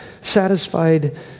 satisfied